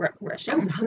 Russian